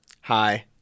Hi